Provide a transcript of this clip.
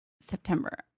September